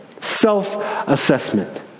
Self-assessment